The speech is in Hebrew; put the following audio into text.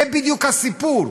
זה בדיוק הסיפור.